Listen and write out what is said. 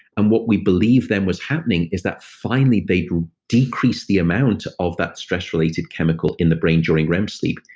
and what we believe then was happening is that finally they decreased the amount of that stress-related chemical in the brain during rem sleep.